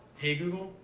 hey google?